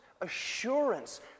assurance